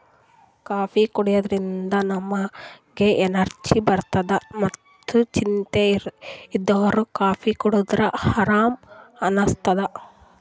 coffee ಕುಡ್ಯದ್ರಿನ್ದ ನಮ್ಗ್ energy ಬರ್ತದ್ ಮತ್ತ್ ಚಿಂತಿ ಇದ್ದೋರ್ ಕಾಫೀ ಕುಡದ್ರ್ ಆರಾಮ್ ಅನಸ್ತದ್